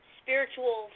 spiritual